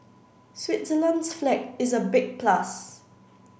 Switzerland's flag is a big plus